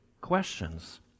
questions